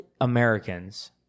Americans